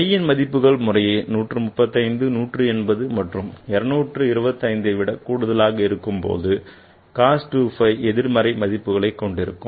phi ன் மதிப்புகள் முறையே 135 180 மற்றும் 225ஐ விட கூடுதலாக இருக்கும்போது cos 2 phi நேர்மறை மதிப்புகளைக் கொண்டிருக்கும்